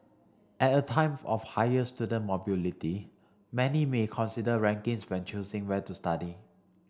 at a time of higher student mobility many may consider rankings when choosing where to study